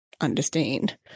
understand